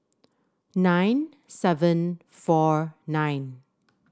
nine seven four nine